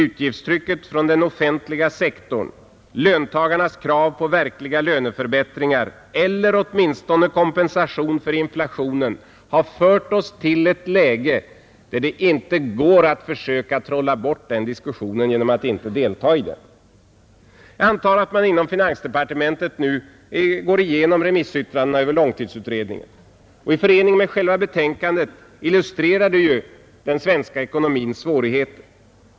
Utgiftstrycket från den offentliga sektorn och löntagarnas krav på verkliga löneförbättringar eller åtminstone kompensation för inflationen har fört oss till ett läge där det inte går att försöka trolla bort diskussionen genom att inte delta i den. Jag antar att man inom finansdepartementet nu går igenom remissyttrandena över långtidsutredningen. I förening med själva betänkandet illustrerar de ju den svenska ekonomins svårigheter.